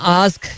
ask